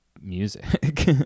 music